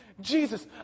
Jesus